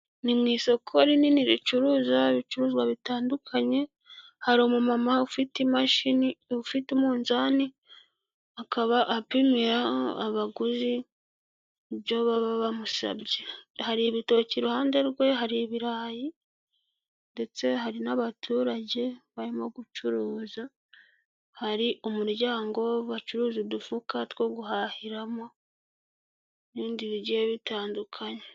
Ni mu isoko rinini ricuruza ibicuruzwa bitandukanye, hari umumama ufite umunzani, akaba apimira abaguzi byo baba bamusabye. Hari ibitoki iruhande rwe, hari ibirayi, ndetse hari n'abaturage barimo gucuruza, hari umuryango bacuruje udufuka two guhahiramo, n'ibindi bigiye bitandukanye.